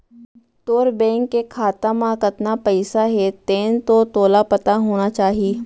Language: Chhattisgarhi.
तोर बेंक के खाता म कतना पइसा हे तेन तो तोला पता होना चाही?